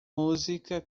música